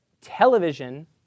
television